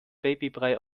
babybrei